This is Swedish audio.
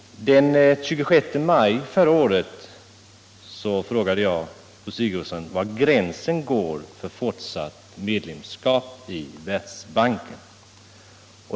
Den 26 maj förra året frågade jag fru Sigurdsen var gränsen går för fortsatt medlemskap i Världsbanken.